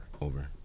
Over